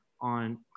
on